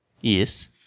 Yes